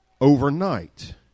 overnight